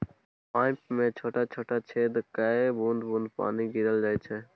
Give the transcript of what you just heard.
pipe मे छोट छोट छेद कए बुंद बुंद पानि गिराएल जाइ छै